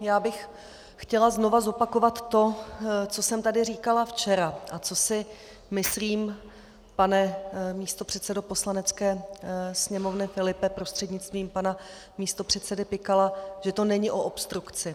Já bych chtěla znova zopakovat to, co jsem tady říkala včera a co si myslím, pane místopředsedo Poslanecké sněmovny Filipe prostřednictvím pana místopředsedy Pikala, že to není o obstrukci.